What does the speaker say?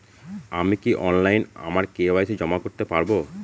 আমি কি অনলাইন আমার কে.ওয়াই.সি জমা করতে পারব?